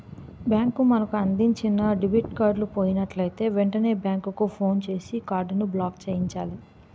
bank మనకు అందించిన debit card పోయినట్లయితే వెంటనే బ్యాంకుకు ఫోన్ చేసి కార్డును బ్లాక్చేయించాలి